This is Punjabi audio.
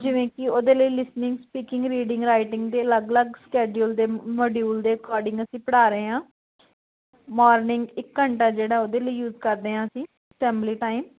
ਜਿਵੇਂ ਕਿ ਉਹਦੇ ਲਈ ਲਿਸਨਿੰਗ ਸਪੀਕਿੰਗ ਰੀਡਿੰਗ ਰਾਈਟਿੰਗ ਦੇ ਅਲੱਗ ਅਲੱਗ ਸਕੈਜੁਅਲ ਦੇ ਮੋਡੂਲ ਦੇ ਅਕੋਰਡਿੰਗ ਅਸੀਂ ਪੜ੍ਹਾ ਰਹੇ ਹਾਂ ਮਾਰਨਿੰਗ ਇੱਕ ਘੰਟਾ ਜਿਹੜਾ ਉਹਦੇ ਲਈ ਯੂਜ ਕਰਦੇ ਹਾਂ ਅਸੀਂ ਅਸੈਂਬਲੀ ਟਾਈਮ